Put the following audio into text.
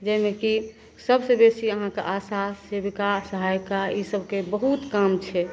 जाहिमे कि सबसे बेसी अहाँके आशा सेविका सहायिका ई सभकेँ बहुत काम छै